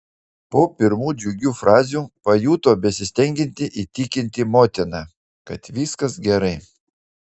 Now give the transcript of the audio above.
po pirmų džiugių frazių pajuto besistengianti įtikinti motiną kad viskas gerai